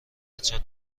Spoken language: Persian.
بچت